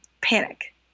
panic